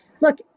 look